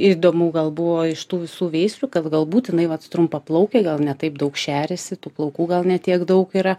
įdomu gal buvo iš tų visų veislių kad gal būt jinai vat trumpaplaukė gal ne taip daug šeriasi tų plaukų gal ne tiek daug yra